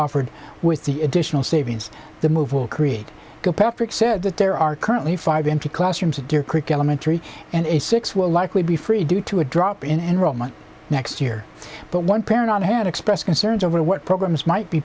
offered with the additional savings the move will create patrick said that the there are currently five empty classrooms at deer creek elementary and six will likely be free due to a drop in enrollment next year but one parent on hand expressed concerns over what programs might be